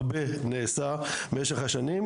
הרבה נעשה במשך השנים.